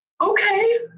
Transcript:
Okay